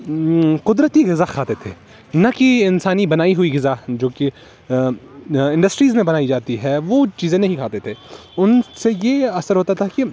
قدرتی غذا کھاتے تھے نہ کہ انسانی بنائی ہوئی غذا جو کہ انڈسٹریز میں بنائی جاتی ہے وہ چیزیں نہیں کھاتے تھے ان سے یہ اثر ہوتا تھا کہ